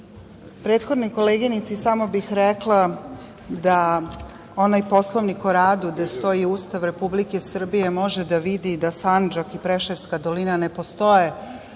prethodnoj koleginici bih samo rekla da u onom Poslovniku o radu, gde stoji Ustav Republike Srbije, može da vidi da Sandžak i Preševska dolina ne postoje